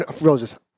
roses